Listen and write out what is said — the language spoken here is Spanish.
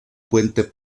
puente